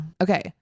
okay